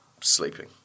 sleeping